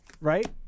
right